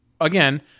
again